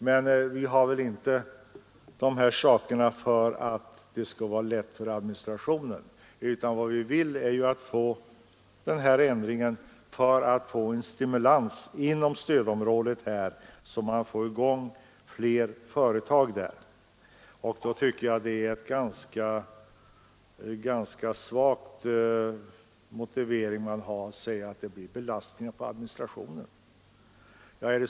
Men vi har väl inte dessa avgifter för att det skall vara lätt för administrationen, utan vad vi vill är att genom en nedsättning ge stimulans så att man får i gång fler företag inom stödområdet. Då tycker jag att det är en ganska svag argumentering, när man säger att det blir en belastning på administrationen.